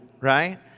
right